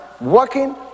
working